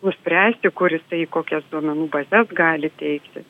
nuspręsti kur jisai į kokias duomenų bazes gali teikti